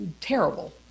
Terrible